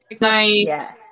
nice